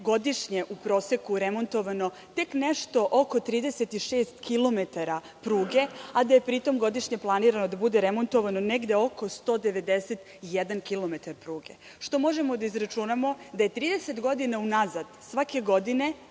godišnje u proseku remontovano tek nešto oko 36 kilometara pruge, a da je pri tom godišnje planirano da bude remontovano negde oko 191 kilometar pruge. Možemo da izračunamo da je 30 godina u nazad svake godine